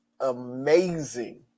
amazing